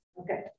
Okay